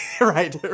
Right